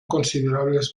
considerables